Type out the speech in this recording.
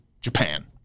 Japan